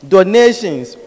Donations